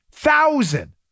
thousand